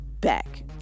back